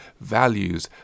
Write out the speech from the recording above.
values